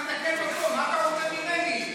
מה אתה רוצה ממני?